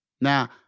Now